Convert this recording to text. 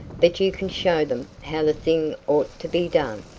but you can show them how the thing ought to be done.